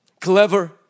clever